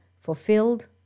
fulfilled